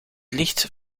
licht